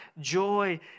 joy